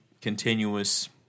continuous